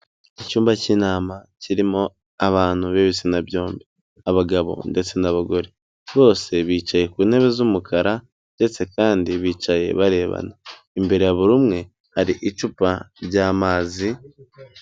Icyumba cy'inama kirimo abantu b'ibitsina byombi, abagabo ndetse n'abagore. Bose bicaye ku ntebe z'umukara ndetse kandi bicaye barebana. Imbere ya buri umwe hari icupa ry'amazi.